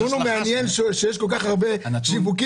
הנתון המעניין הוא שיש כל כך הרבה שיווקים,